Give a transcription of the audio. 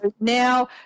Now